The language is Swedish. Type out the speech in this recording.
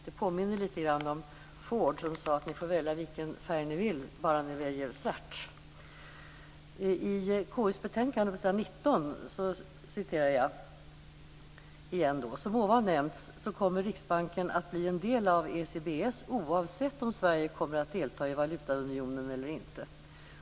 Detta påminner litet grand om Fords yttrande att man får välja vilken färg man vill bara man väljer svart. I KU:s betänkande s. 19 citerar jag: "Som ovan nämnts kommer Riksbanken att bli en del av ECBS, oavsett om Sverige kommer att delta i valutaunionen eller inte."